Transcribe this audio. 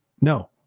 no